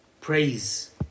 praise